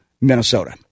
minnesota